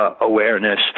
awareness